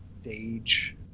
stage